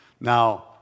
Now